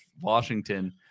Washington